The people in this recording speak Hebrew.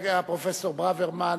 חבר הכנסת הפרופסור ברוורמן,